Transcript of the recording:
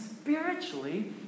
spiritually